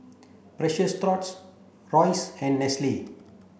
Precious Thots Royce and Nestle